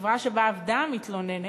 החברה שבה עבדה המתלוננת,